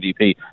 GDP